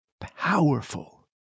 powerful